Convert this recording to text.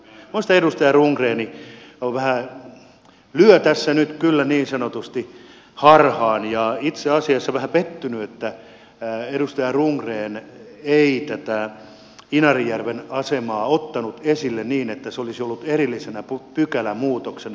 minun mielestäni edustaja rundgren vähän lyö tässä nyt kyllä niin sanotusti harhaan ja itse asiassa olen vähän pettynyt että edustaja rundgren ei tätä inarijärven asemaa ottanut esille niin että se olisi ollut erillisenä pykälämuutoksena